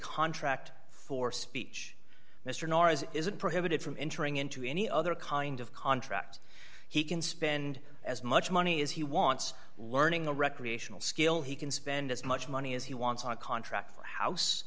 contract for speech mr norris isn't prohibited from entering into any other kind of contract he can spend as much money as he wants learning a recreational skill he can spend as much money as he wants on a contract for house